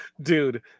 dude